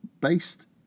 based